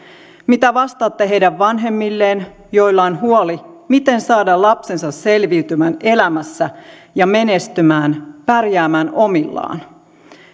mitä vastaatte heidän vanhemmilleen joilla on huoli miten saada lapsensa selviytymään elämässä ja menestymään pärjäämään omillaan